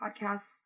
Podcasts